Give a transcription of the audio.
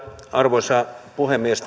arvoisa puhemies